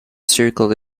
circle